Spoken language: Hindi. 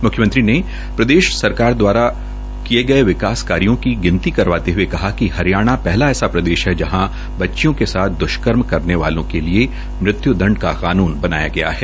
मुख्यमंत्री ने प्रदेश सरकार द्वारा किये गये विकास कार्यो की गिनती करवाते हये कहा िक हरियाणा पहला ऐसा प्रदेश है जहां बच्चियों के साथ द्ष्कर्म करने वाले के लिए मृत्यू दंड का कानून बनाया गया है